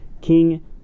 King